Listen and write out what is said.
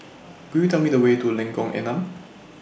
Could YOU Tell Me The Way to Lengkong Enam